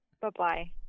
Bye-bye